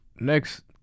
Next